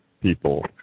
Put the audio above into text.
people